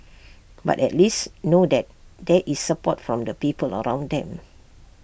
but at least know that there is support from the people around them